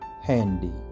handy